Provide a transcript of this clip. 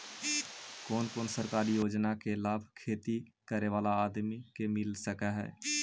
कोन कोन सरकारी योजना के लाभ खेती करे बाला आदमी के मिल सके हे?